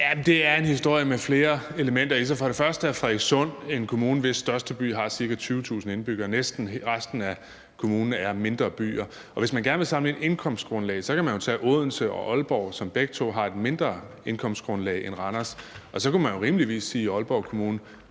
det er en historie med flere elementer i sig. For det første er Frederikssund Kommune en kommune, hvis største by har ca. 20.000 indbyggere – resten af kommunen er mindre byer. Og hvis man gerne vil sammenligne indkomstgrundlag, kan man jo tage Odense og Aalborg Kommuner, som begge to har et mindre indkomstgrundlag end Randers Kommune, og så kunne man jo rimeligvis sige i Aalborg Kommune: